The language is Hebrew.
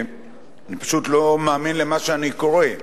אני פשוט לא מאמין למה שאני קורא.